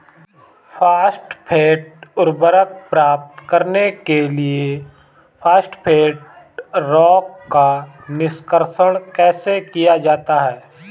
Phosphate उर्वरक प्राप्त करने के लिए फॉस्फेट रॉक का निष्कर्षण कैसे किया जाता है?